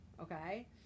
okay